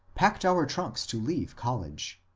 packed our trunks to leave college.